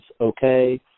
okay